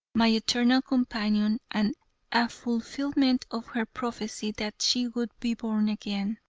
my eternal companion, and a fulfilment of her prophecy that she would be born again.